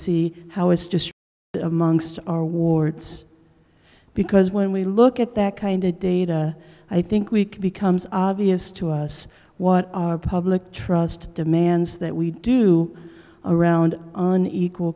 see how it's just amongst our wards because when we look at that kind of data i think we can becomes obvious to us what our public trust demands that we do around on equal